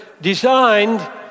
designed